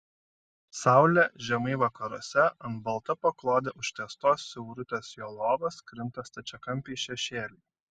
saulė žemai vakaruose ant balta paklode užtiestos siaurutės jo lovos krinta stačiakampiai šešėliai